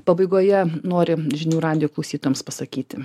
pabaigoje nori žinių radijo klausytojams pasakyti